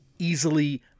easily